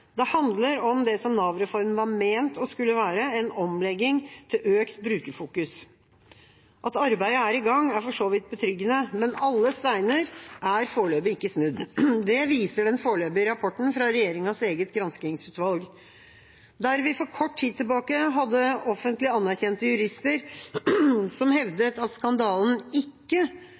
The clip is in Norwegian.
Det handler om det som Nav-reformen var ment å skulle være: en omlegging til økt brukerfokus. At arbeidet er i gang, er for så vidt betryggende, men alle steiner er foreløpig ikke snudd. Det viser den foreløpige rapporten fra regjeringas eget granskingsutvalg. Der vi for kort tid tilbake hadde offentlig anerkjente jurister som hevdet at skandalen ikke